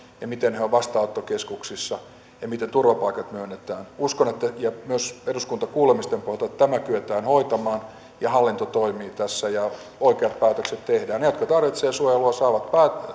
ja miten he ovat vastaanottokeskuksissa ja miten turvapaikat myönnetään uskon myös eduskuntakuulemisten pohjalta että tämä kyetään hoitamaan ja hallinto toimii tässä ja oikeat päätökset tehdään he jotka tarvitsevat suojelua saavat